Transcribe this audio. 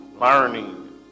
Learning